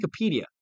Wikipedia